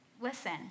Listen